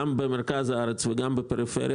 גם במרכז הארץ וגם בפריפריה.